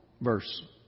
verse